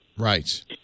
Right